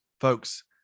folks